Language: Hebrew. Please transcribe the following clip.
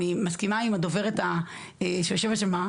אני מסכימה עם הדוברת שיושבת שם,